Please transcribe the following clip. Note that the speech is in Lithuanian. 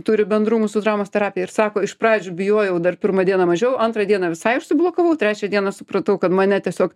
turi bendrumų su dramos terapija ir sako iš pradžių bijojau dar pirmą dieną mažiau antrą dieną visai užsiblokavau trečią dieną supratau kad mane tiesiog